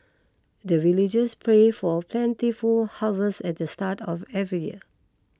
the villagers pray for plentiful harvest at the start of every year